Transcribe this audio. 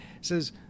says